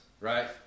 right